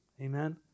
Amen